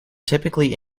typically